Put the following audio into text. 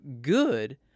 good